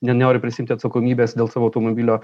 nenori prisiimti atsakomybės dėl savo automobilio